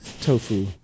tofu